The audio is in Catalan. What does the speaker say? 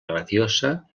graciosa